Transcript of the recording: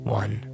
one